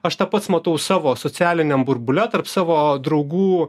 aš tą pats matau savo socialiniam burbule tarp savo draugų